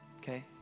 okay